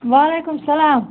وعلیکُم سلام